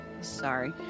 Sorry